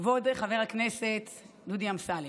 כבוד חבר הכנסת דודי אמסלם.